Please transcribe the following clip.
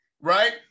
right